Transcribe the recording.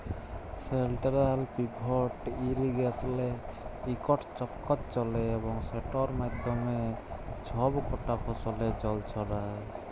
central pivot ইরিগেসলে ইকট চক্কর চলে এবং সেটর মাধ্যমে ছব কটা ফসলে জল ছড়ায়